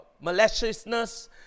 maliciousness